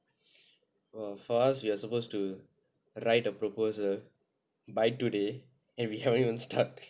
!wah! for us we are supposed to write a proposal by today and we haven't even start